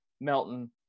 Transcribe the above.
Melton